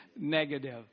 negative